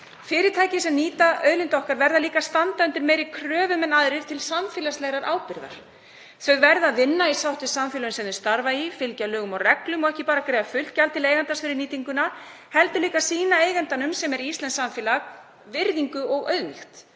Fyrirtæki sem nýta auðlind okkar verða líka að standa undir meiri kröfum en aðrir til samfélagslegrar ábyrgðar. Þau verða að vinna í sátt við samfélagið sem þau starfa í, fylgja lögum og reglum og ekki bara að greiða fullt gjald til eigandans fyrir nýtinguna heldur líka sýna eigandanum, sem er íslenskt samfélag, virðingu og auðmýkt.